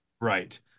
Right